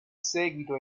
seguito